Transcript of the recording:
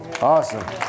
Awesome